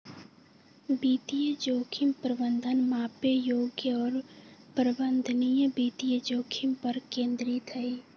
वित्तीय जोखिम प्रबंधन मापे योग्य और प्रबंधनीय वित्तीय जोखिम पर केंद्रित हई